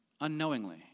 unknowingly